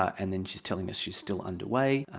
and then she's telling us she's still underway.